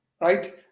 right